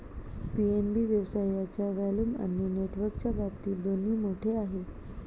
PNB व्यवसायाच्या volume आणि नेटवर्कच्या बाबतीत दोन्ही मोठे आहे